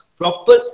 proper